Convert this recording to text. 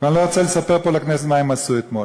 ואני לא רוצה לספר פה לכנסת מה הם עשו אתמול.